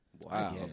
Wow